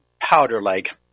powder-like